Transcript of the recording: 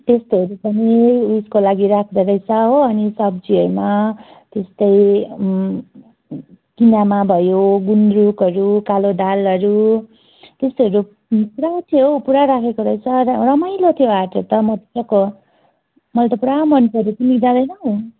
त्यस्तोहरू पनि त्यसको लागि राख्दोरहेछ हो अनि सब्जीहरूमा त्यस्तै किनेमा भयो गुन्द्रुकहरू कालो दालहरू त्यस्तोहरू पुरा थियो हौ पुरा राखेको रहेछ तर रमाइलो थियो हाटहरू त मजाको मलाई त पुरा मनपऱ्यो तिमी जाँदैनौँ